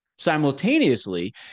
Simultaneously